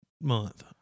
month